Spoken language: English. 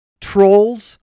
trolls